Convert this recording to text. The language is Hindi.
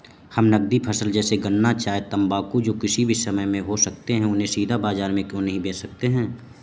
हम नगदी फसल जैसे गन्ना चाय तंबाकू जो किसी भी समय में हो सकते हैं उन्हें सीधा बाजार में क्यो नहीं बेच सकते हैं?